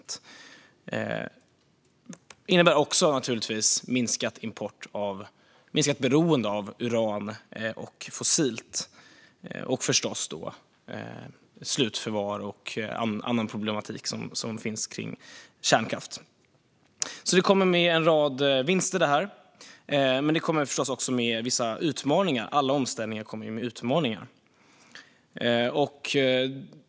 Det innebär naturligtvis också minskat beroende av uran och fossilt och förstås minskad problematik med slutförvar och annat som finns kring kärnkraft. Omställningen kommer alltså med en rad vinster, men den kommer förstås också med vissa utmaningar. Alla omställningar kommer ju med utmaningar.